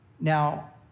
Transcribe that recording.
Now